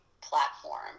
platform